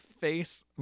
face